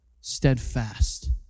Steadfast